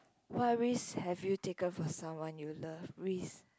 what risk have you taken for someone you love risk